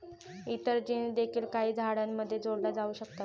इतर जीन्स देखील काही झाडांमध्ये जोडल्या जाऊ शकतात